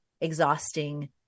exhausting